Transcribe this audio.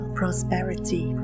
prosperity